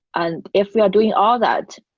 and if you are doing all that,